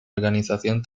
organización